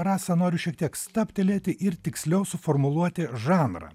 rasa noriu šiek tiek stabtelėti ir tiksliau suformuluoti žanrą